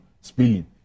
spilling